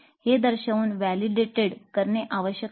हे दर्शवून व्हॅलिडेटेड करणे आवश्यक आहे